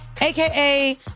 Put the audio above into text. AKA